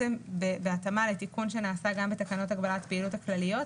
בהתאמה לתיקון שנעשה גם בתקנות הגבלת הפעילות הכלליות,